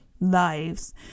lives